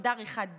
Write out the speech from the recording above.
למדה עריכת דין,